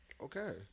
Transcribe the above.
Okay